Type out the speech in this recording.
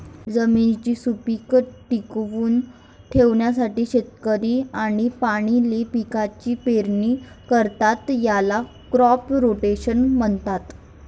जमिनीची सुपीकता टिकवून ठेवण्यासाठी शेतकरी आळीपाळीने पिकांची पेरणी करतात, याला क्रॉप रोटेशन म्हणतात